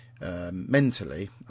mentally